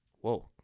Whoa